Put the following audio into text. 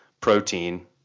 protein